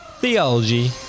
theology